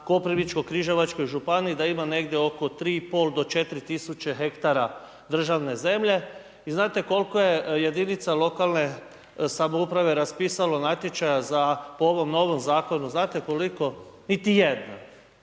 Koprivničko-križevačkoj županiji da ima negdje oko 3,5 do 4 000 ha državne zemlje i znate koliko je jedinica lokalne samouprave raspisalo natječaja za po ovom novim zakonu, znate koliko? Niti jedna.